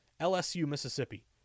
LSU-Mississippi